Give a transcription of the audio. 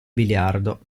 biliardo